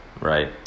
right